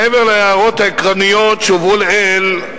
מעבר להערות העקרוניות שהובאו לעיל,